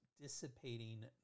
dissipating